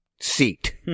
seat